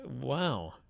wow